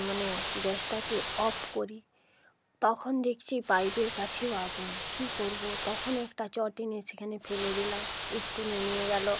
মানে গ্যাসটাকে অফ করি তখন দেখছি পাইপের কাছেও আগুন কী করব তখন একটা চট এনে সেখানে ফেলে দিলাম একটু নেমে গেলো